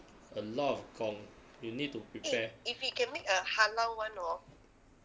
a lot of 功 you need to prepare